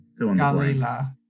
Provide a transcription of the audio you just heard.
galila